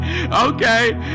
Okay